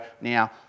now